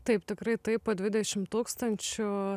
taip tikrai taip po dvidešimt tūkstančių